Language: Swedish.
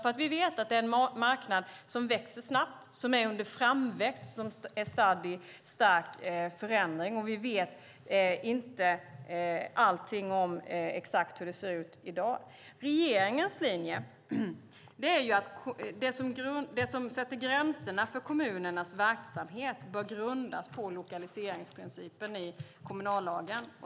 Vi vet nämligen att det är en marknad som växer snabbt. Den är under framväxt och stadd i stark förändring, och vi vet inte allting om exakt hur det ser ut i dag. Regeringens linje är att det som sätter gränserna för kommunernas verksamhet bör grundas på lokaliseringsprincipen i kommunallagen.